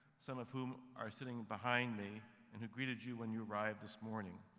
some of whom are sitting behind me and greeted you when you arrived this morning.